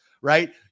right